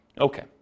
Okay